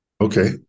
okay